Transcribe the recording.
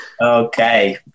okay